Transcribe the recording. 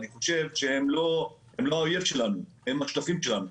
אני חושב שהם לא האויב שלנו, הם השותפים שלנו.